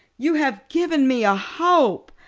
you have given me a hope.